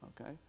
okay